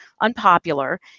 unpopular